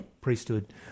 priesthood